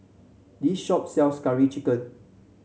this shop sells Curry Chicken